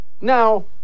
Now